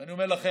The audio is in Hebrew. ואני אומר לכם,